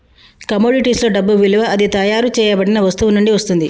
కమోడిటీస్లో డబ్బు విలువ అది తయారు చేయబడిన వస్తువు నుండి వస్తుంది